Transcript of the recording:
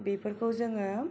बेफोरखौ जोङो